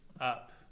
up